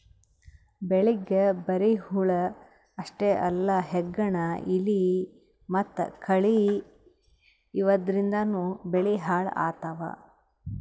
ಬೆಳಿಗ್ ಬರಿ ಹುಳ ಅಷ್ಟೇ ಅಲ್ಲ ಹೆಗ್ಗಣ, ಇಲಿ ಮತ್ತ್ ಕಳಿ ಇವದ್ರಿಂದನೂ ಬೆಳಿ ಹಾಳ್ ಆತವ್